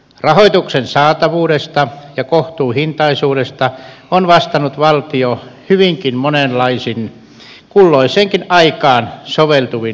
rahoituksen saatavuudesta ja kohtuuhintaisuudesta on vastannut valtio hyvinkin monenlaisin kulloiseenkin aikaan soveltuvin instrumentein